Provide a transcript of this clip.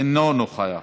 אינו נוכח.